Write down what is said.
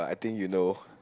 think you know